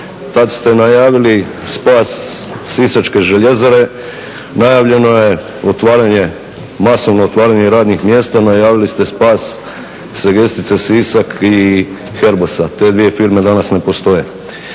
Tada ste najavili spas Sisačke željezare, najavljeno je otvaranje, masovno otvaranje radnih mjesta, najavili ste spas Segestice Sisak i HERBOS-a. Te dvije firme danas ne postoje.